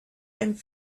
and